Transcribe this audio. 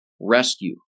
rescue